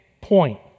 point